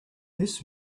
this